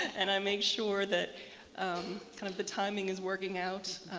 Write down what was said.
and i make sure that um kind of the timing is working out.